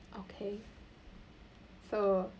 okay so